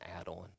add-on